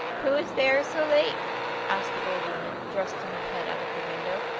who is there so late asked the old woman, thrusting her head out of the window.